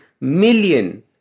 million